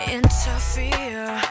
interfere